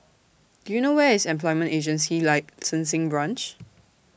Do YOU know Where IS Employment Agency Licensing Branch